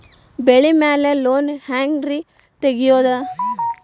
ಬೆಳಿ ಮ್ಯಾಲೆ ಲೋನ್ ಹ್ಯಾಂಗ್ ರಿ ತೆಗಿಯೋದ?